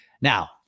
now